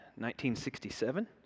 1967